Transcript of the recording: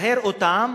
תטהר אותם